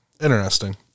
Interesting